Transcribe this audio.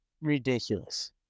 ridiculous